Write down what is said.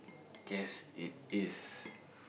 guess it is